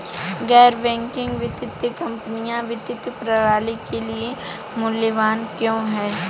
गैर बैंकिंग वित्तीय कंपनियाँ वित्तीय प्रणाली के लिए मूल्यवान क्यों हैं?